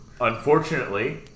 Unfortunately